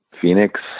Phoenix